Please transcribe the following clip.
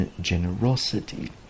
generosity